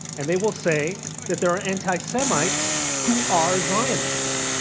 and they will say that there are anti-semites who are zionists.